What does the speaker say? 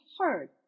heard